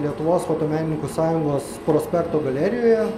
lietuvos fotomenininkų sąjungos prospekto galerijoje